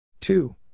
two